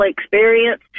experience